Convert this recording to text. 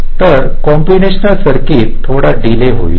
तर कॉम्बिनेशनल सर्किटला थोडा डील होईल